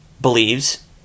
believes